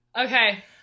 okay